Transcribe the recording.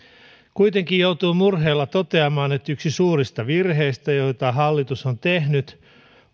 kuitenkin joutuu murheella toteamaan että yksi suurista virheistä joita hallitus on tehnyt